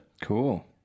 cool